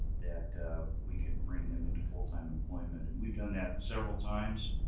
that we could bring them into full time employment. and we've done that several times,